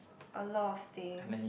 a lot of things